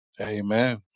Amen